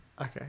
Okay